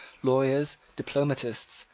lawyers, diplomatists,